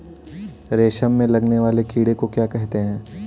रेशम में लगने वाले कीड़े को क्या कहते हैं?